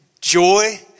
joy